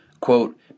quote